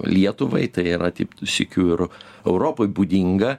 lietuvai tai yra tik sykiu ir europai būdinga